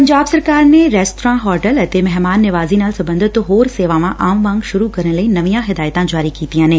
ਪੰਜਾਬ ਸਰਕਾਰ ਨੇ restaurant hotel ਅਤੇ ਮਹਿਮਾਨ ਨਿਵਾਜ਼ੀ ਨਾਲ ਸਬੰਧਤ ਹੋਰ ਸੇਵਾਵਾਂ ਆਮ ਵਾਂਗ ਸੁਰੂ ਕਰਨ ਲਈ ਨਵੀਆਂ ਹਦਾਇਤਾ ਜਾਰੀ ਕੀਤੀਆ ਨੇ